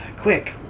Quick